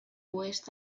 oest